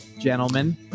gentlemen